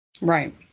Right